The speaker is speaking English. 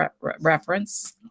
reference